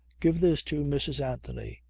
give this to mrs. anthony.